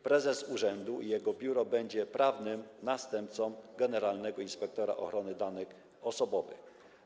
Prezes urzędu i jego biuro będą prawnym następcą generalnego inspektora ochrony danych osobowych.